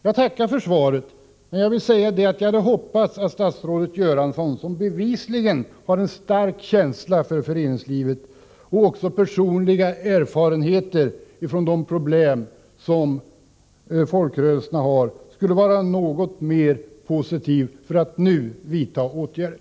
Jag tackar för svaret, men jag vill säga att jag hade hoppats att statsrådet Göransson, som bevisligen har en stark känsla för föreningslivet och också personliga erfarenheter av de problem som folkrörelserna har, skulle vara något mer positiv till att nu vidta åtgärder.